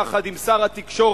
יחד עם שר התקשורת,